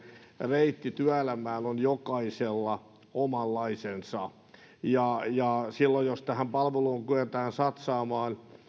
reitti työelämään on jokaisella omanlaisensa ja silloin jos tähän palveluun kyetään satsaamaan